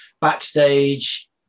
backstage